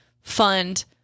fund